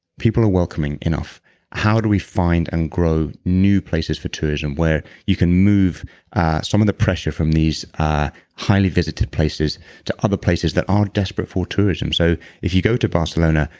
people are welcoming enough how do we find and grow new places for tuition where you can move some of the pressure from these are highly visited places to other places that are desperate for tourism? so if you go to barcelona,